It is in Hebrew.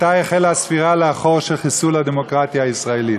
מתי החלה הספירה לאחור של חיסול הדמוקרטיה הישראלית.